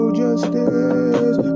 justice